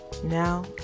Now